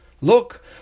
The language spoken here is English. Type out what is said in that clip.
Look